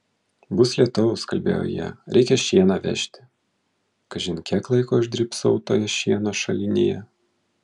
bus lietaus kalbėjo jie reikia šieną vežti kažin kiek laiko aš drybsau toje šieno šalinėje